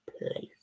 place